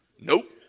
Nope